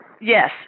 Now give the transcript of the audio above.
Yes